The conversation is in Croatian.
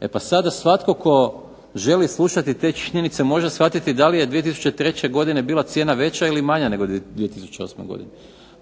E pa sada svatko tko želi slušati te činjenice može shvatiti da li je 2003. godine bila cijena manja nego 2008. godine.